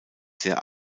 sehr